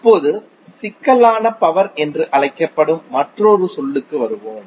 இப்போது சிக்கலான பவர் என்று அழைக்கப்படும் மற்றொரு சொல்லுக்கு வருவோம்